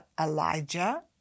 Elijah